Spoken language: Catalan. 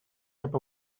cap